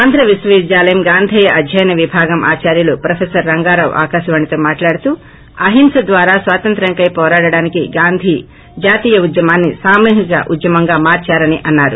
ఆంధ్ర విశ్వవిద్యాలయం గాంధేయ అధ్యయన విభాగం ఆచార్యులు ప్రొఫెసర్ రంగారావు ఆకాశవాణితో మాట్లాడుతూ అహింస ద్వారా స్వాతంత్ర్యంకై వోరాడటానికి గాంధీ జాతీయ ఉద్యమాన్ని సామూహిక ఉద్యమంగా మార్చారని అన్నారు